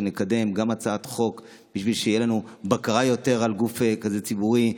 שגם נקדם הצעת חוק בשביל שתהיה לנו בקרה יותר על גוף ציבורי כזה.